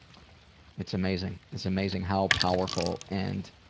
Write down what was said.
it's amazing it's amazing how powerful and